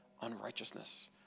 unrighteousness